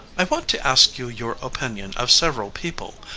i want to ask you your opinion of several people.